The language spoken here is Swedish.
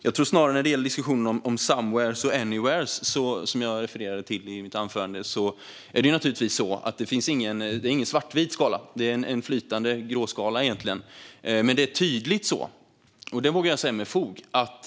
När det gäller diskussionen om somewheres och anywheres, som jag refererade till i mitt anförande, finns det naturligtvis ingen svartvit skala, utan det är egentligen en flytande gråskala.